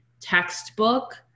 textbook